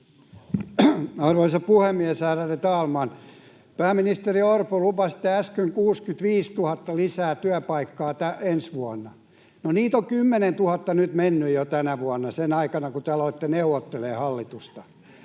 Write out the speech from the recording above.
Arvoisa puhemies, ärade talman! Pääministeri Orpo, lupasitte äsken 65 000 työpaikkaa lisää ensi vuonna. No, niitä on 10 000 nyt mennyt jo tänä vuonna sinä aikana, kun te aloitte neuvottelemaan hallituksesta,